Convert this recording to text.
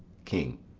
king.